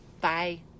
bye